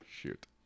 shoot